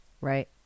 right